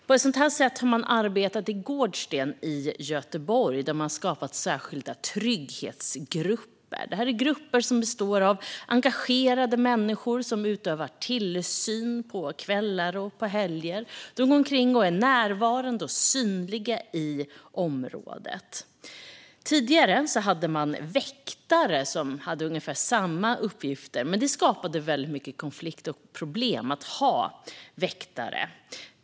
På ett sådant sätt har man arbetat i Gårdsten i Göteborg. Där har man skapat särskilda trygghetsgrupper. Det är grupper som består av engagerade människor som utövar tillsyn på kvällar och helger. De går omkring och är närvarande och synliga i området. Tidigare hade man väktare som hade ungefär samma uppgifter. Men det skapade väldigt mycket konflikt och problem att ha väktare.